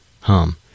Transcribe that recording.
hum